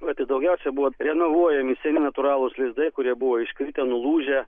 var ir daugiausia buvo renovuojami seni natūralūs lizdai kurie buvo iškritę nulūžę